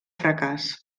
fracàs